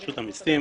רשות המסים,